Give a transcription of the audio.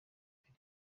mbere